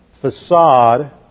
facade